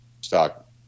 stock